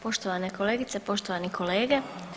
Poštovane kolegice, poštovani kolege.